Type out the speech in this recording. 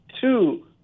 two